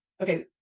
Okay